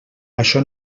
això